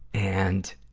and,